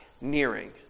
nearing